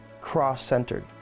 cross-centered